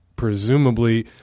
presumably